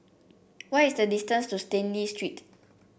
what is the distance to Stanley Street